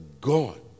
God